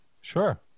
Sure